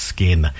Skin